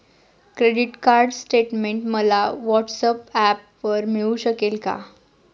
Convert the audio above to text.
Credit card statement मला व्हॉट्सऍपवर मिळू शकेल का?